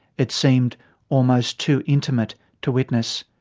it seemed almost too intimate to witness.